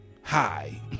Hi